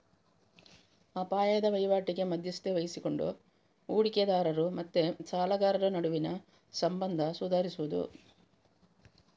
ಅಪಾಯದ ವೈವಾಟಿಗೆ ಮಧ್ಯಸ್ಥಿಕೆ ವಹಿಸಿಕೊಂಡು ಹೂಡಿಕೆದಾರರು ಮತ್ತೆ ಸಾಲಗಾರರ ನಡುವಿನ ಸಂಬಂಧ ಸುಧಾರಿಸುದು